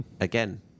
again